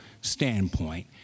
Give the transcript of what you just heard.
standpoint